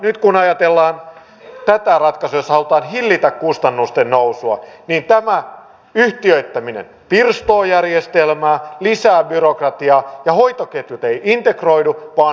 nyt kun ajatellaan tätä ratkaisua jolla halutaan hillitä kustannusten nousua niin tämä yhtiöittäminen pirstoo järjestelmää lisää byrokratiaa ja hoitoketjut eivät integroidu vaan hajoavat